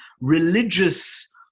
religious